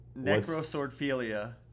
Necroswordphilia